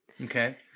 okay